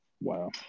Wow